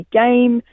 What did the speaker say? game